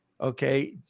Okay